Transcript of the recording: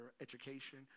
education